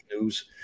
news